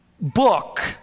book